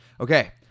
Okay